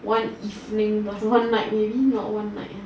one evening one night maybe not one night